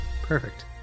Perfect